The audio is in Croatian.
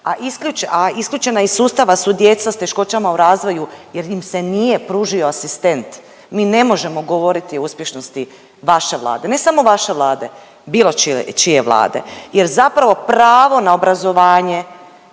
a isključena iz sustava su djeca s teškoćama u razvoju jer im se nije pružio asistent, mi ne možemo govoriti o uspješnosti vaše Vlade, ne samo vaše Vlade, bilo čije Vlade jer zapravo pravo na obrazovanje